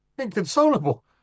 inconsolable